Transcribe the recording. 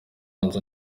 abanza